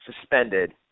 suspended